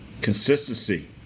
consistency